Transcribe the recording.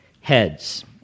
heads